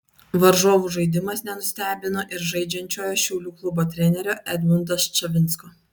varžovų žaidimas nenustebino ir žaidžiančiojo šiaulių klubo trenerio edmundo ščavinsko